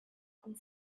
and